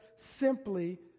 simply